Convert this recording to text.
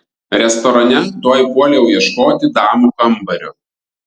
restorane tuoj puoliau ieškoti damų kambario